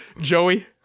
Joey